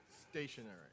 stationary